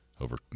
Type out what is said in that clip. over